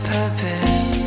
purpose